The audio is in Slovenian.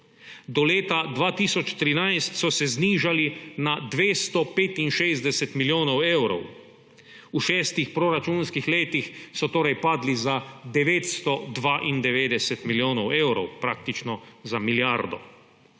do leta 2013 so se znižali na 265 milijonov evrov. V šestih proračunskih letih so torej padli za 992 milijonov evrov, praktično za milijardo.